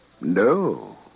No